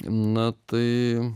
na tai